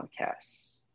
podcasts